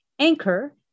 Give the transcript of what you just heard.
anchor